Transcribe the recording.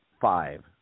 five